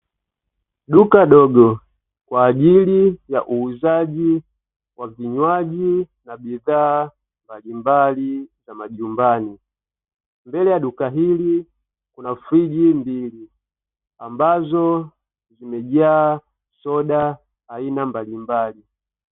Duka dogo kwa ajili ya uuzaji wa vinywaji na bidhaa mbalimbali za majumbani. Mbele ya duka hili kuna friji mbili, ambazo zimejaa soda aina mbalimbali.